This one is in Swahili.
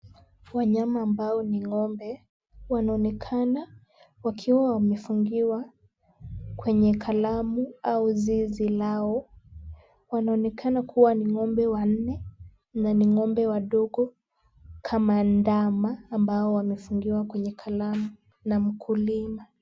Wanyama ambao ni ng'ombe wanaonekana wakiwa wamefungiwa kwenye kalamu au zizi lao. Wanaonekana kuwa ni ng'ombe wanne na ni ng'ombe wadogo kama ndama ambao wamefungiwa kwenye kalamu na mkulima.